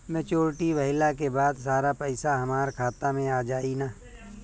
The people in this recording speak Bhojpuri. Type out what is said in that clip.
मेच्योरिटी भईला के बाद सारा पईसा हमार खाता मे आ जाई न?